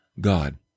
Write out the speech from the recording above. God